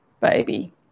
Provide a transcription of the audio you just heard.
baby